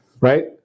right